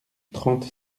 trente